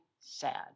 sad